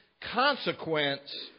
consequence